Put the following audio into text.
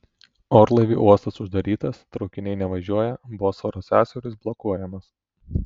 orlaivių uostas uždarytas traukiniai nevažiuoja bosforo sąsiauris blokuojamas